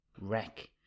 wreck